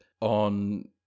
on